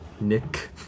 Nick